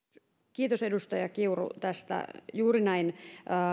kiitos tästä edustaja kiuru juuri näin